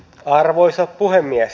arvoisa puhemies